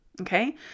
Okay